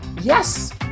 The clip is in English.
Yes